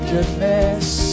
Goodness